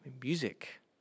music